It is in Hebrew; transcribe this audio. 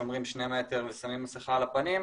שומרים על 2 מטרים ושמים מסכה על הפנים,